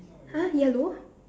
!huh! yellow